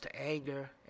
anger